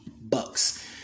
Bucks